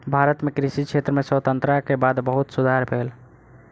भारत मे कृषि क्षेत्र में स्वतंत्रता के बाद बहुत सुधार भेल